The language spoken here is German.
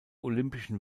olympischen